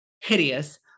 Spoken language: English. Hideous